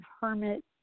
hermit